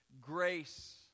grace